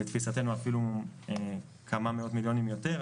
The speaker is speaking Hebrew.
לתפיסתנו אפילו כמה מאות מיליונים יותר,